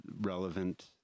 relevant